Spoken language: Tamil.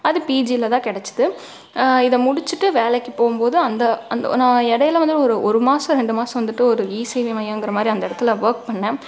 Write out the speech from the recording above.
அது பிஜிலதான் கிடைச்சிது இதை முடிச்சிட்டு வேலைக்கு போகும்போது அந்த அந்த நான் இடைல வந்து ஒரு ஒரு மாசம் ரெண்டு மாசம் வந்துட்டு ஒரு இ சேவை மையங்கற மாதிரி அந்த இடத்துல வோர்க் பண்ணேன்